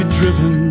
driven